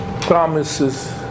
promises